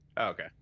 Okay